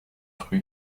rue